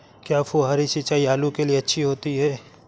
क्या फुहारी सिंचाई आलू के लिए अच्छी होती है?